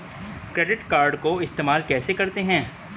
Credit card को इस्तेमाल कैसे करते हैं?